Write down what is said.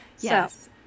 Yes